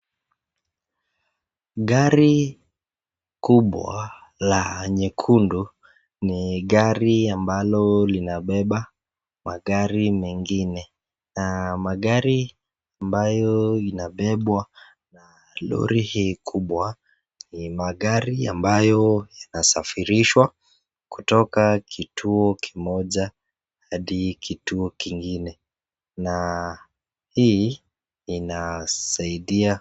Gari kubwa la nyekundu ni gari ambalo linabeba magari mengine na magari ambayo inabebwa na lori hii kubwa ,ni magari ambayo yanasafirishwa kutoka kituo kimoja hadi kituo kingine, na hii inasaidia.